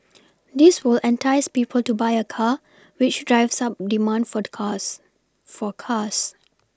this will entice people to buy a car which drives up demand for the cars for cars